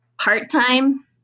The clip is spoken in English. part-time